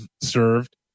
served